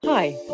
Hi